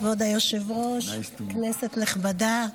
כבוד היושב-ראש, כנסת נכבדה,